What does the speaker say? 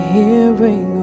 hearing